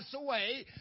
away